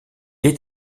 est